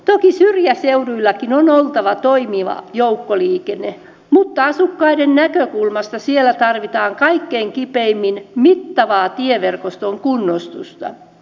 toki syrjäseuduillakin on oltava toimiva joukkoliikenne mutta asukkaiden näkökulmasta siellä tarvitaan kaikkein kipeimmin mittavaa tieverkoston kunnostusta